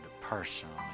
personally